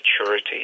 maturity